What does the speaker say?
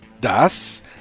Das